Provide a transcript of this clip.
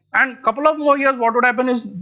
and couple of more years what would happen is,